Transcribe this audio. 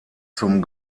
zum